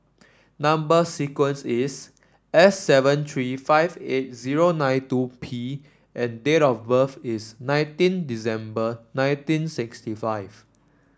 number sequence is S seven three five eight zero nine two P and date of birth is nineteen December nineteen sixty five